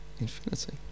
infinity